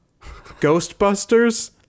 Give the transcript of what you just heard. ghostbusters